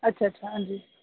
अच्छा अच्छा हां जी